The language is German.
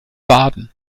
baden